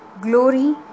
Glory